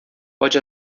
pode